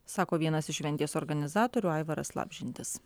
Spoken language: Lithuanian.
sako vienas iš šventės organizatorių aivaras labžentis